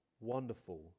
wonderful